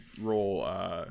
roll